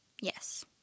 yes